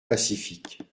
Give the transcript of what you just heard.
pacifiques